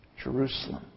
Jerusalem